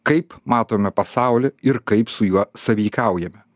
kaip matome pasaulį ir kaip su juo sąveikaujame